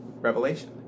revelation